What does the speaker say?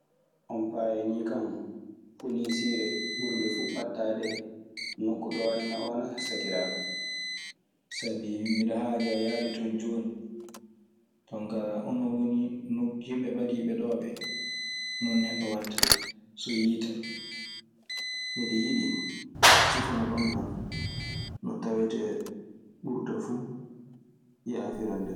On paayanii kan polisiire ɓurnde fuu ɓattaade nokku ɗoo enna oo na sakiraaɓe? Sabi miɗe haajaa yahde ton jooni. Jon kaa onon woni yimɓe ɓadiiɓe ɗoo ɓee. No neɗɗo waɗta so yiita? Miɗe yiɗi cifanoɗon kan no tawetee ɓurta fuu yaafirande kan.